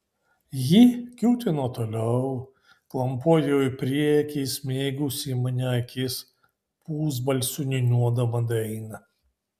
ji kiūtino toliau klampojo į priekį įsmeigusi į mane akis pusbalsiu niūniuodama dainą